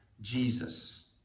Jesus